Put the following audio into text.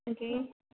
जी